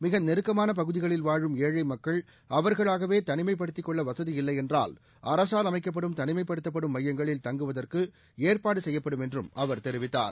மிக நெருக்கமான பகுதிகளில் வாழும் ஏழை மக்கள் அவர்கள் தனிமைப்படுத்திக்கொள்ள வசதி இல்லை என்றால் அரசால் அமைக்கப்படும் தனிமைப்படுத்தப்படும் மையங்களில் தங்குவதற்கு ஏற்பாடு செய்யப்படும் என்றும் அவர் தெரிவித்தார்